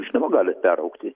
žinoma gali peraugti